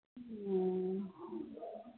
ह्म्म